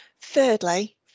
Thirdly